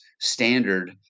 standard